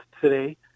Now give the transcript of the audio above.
today